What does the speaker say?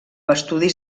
estudis